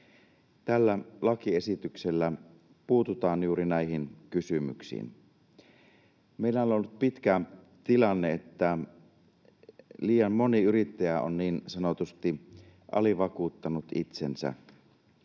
Tällä lakiesityksellä puututaan juuri näihin kysymyksiin. Meillä on ollut pitkään tilanne, että liian moni yrittäjä on niin sanotusti alivakuuttanut itsensä.